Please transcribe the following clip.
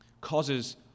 causes